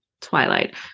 twilight